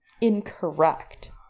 incorrect